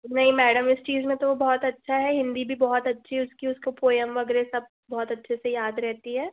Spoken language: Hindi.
नहीं मैडम इस चीज़ में तो बहुत अच्छा है हिंदी भी बहुत अच्छी है उसकी उसको पोयम वगैरह सब बहुत अच्छे से याद रहती है